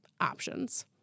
options